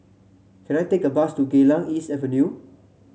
can I take a bus to Geylang East Avenue